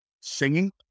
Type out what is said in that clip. singing